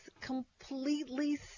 completely